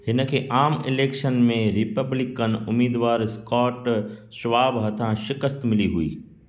हिन खे आम इलेक्शन में रिपब्लिकन उम्मीदवार स्कॉट श्वाब हथां शिकस्त मिली हुई